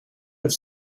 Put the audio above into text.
have